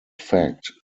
fact